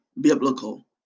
biblical